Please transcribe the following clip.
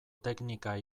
teknika